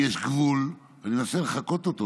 יש גבול" אני מנסה לחקות אותו,